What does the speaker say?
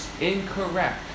incorrect